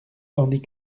tandis